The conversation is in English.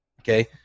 okay